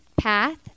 path